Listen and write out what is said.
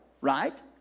right